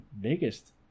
biggest